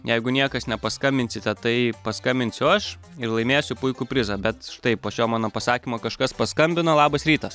jeigu niekas nepaskambinsite tai paskambinsiu aš ir laimėsiu puikų prizą bet štai po šio mano pasakymo kažkas paskambino labas rytas